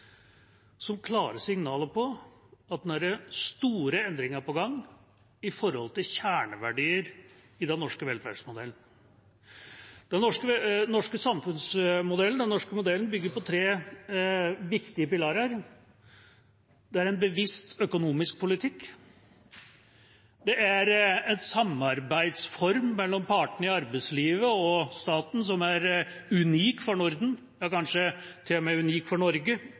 som klare signaler på at det nå er store endringer på gang når det gjelder kjerneverdier i den norske velferdsmodellen. Den norske samfunnsmodellen, den norske modellen, bygger på tre viktige pilarer. Det er en bevisst økonomisk politikk. Det er en samarbeidsform mellom partene i arbeidslivet og staten som er unik for Norden, ja, kanskje til og med unik for Norge